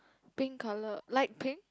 pink colour light pink